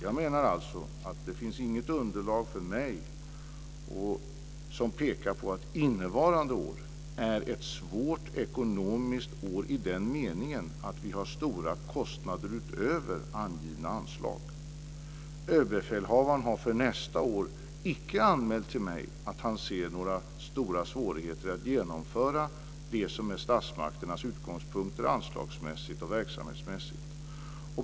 Jag menar alltså att det inte finns något underlag som för mig pekar på att innevarande år är ett svårt ekonomiskt år i den meningen att vi har stora kostnader utöver angivna anslag. Överbefälhavaren har för nästa år icke anmält till mig att han ser några stora svårigheter att genomföra det som är statsmakternas utgångspunkter anslagsmässigt och verksamhetsmässigt.